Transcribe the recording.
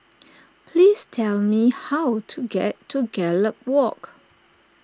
please tell me how to get to Gallop Walk